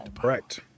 Correct